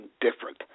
different